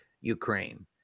Ukraine